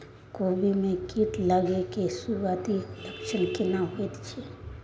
कोबी में कीट लागय के सुरूआती लक्षण केना होय छै